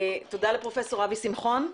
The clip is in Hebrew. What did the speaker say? תודה לפרופסור אבי שמחון,